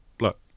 look